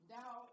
now